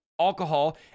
Alcohol